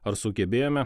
ar sugebėjome